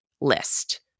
list